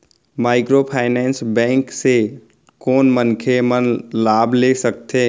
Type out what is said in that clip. Microfinance bank से कोन मनखे मन लाभ ले सकथे?